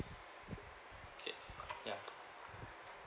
okay ya